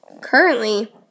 Currently